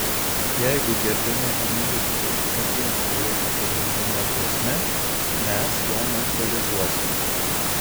jeigu gerbiami analitikai oginskį laiko pagrindine grėsme mes ją neutralizuosime